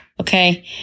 Okay